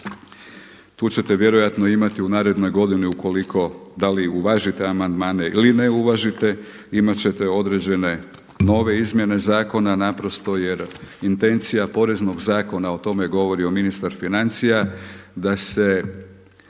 tu ćete vjerojatno imati u narednoj godini ukoliko da li uvažite amandmane ili ne uvažite te, imat ćete određene nove izmjene zakona naprosto jer intencija Poreznog zakona o tome govori o ministar financija da se